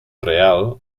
real